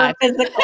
physical